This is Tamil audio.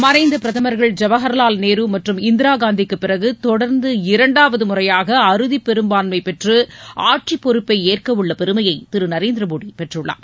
மறைந்த பிரதமர்கள் ஜவஹர்லால் நேரு மற்றும் இந்திரா காந்திக்கு பிறகு தொடர்ந்து இரண்டாவது முறையாக அறுதி பெரும்பான்மை பெற்று ஆட்சிப் பொறுப்பை ஏற்கவுள்ள பெருமையை திரு நரேந்திர மோடி பெற்றுள்ளார்